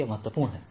यह महत्वपूर्ण है